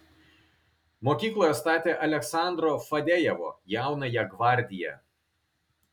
mokykloje statė aleksandro fadejevo jaunąją gvardiją